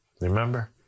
Remember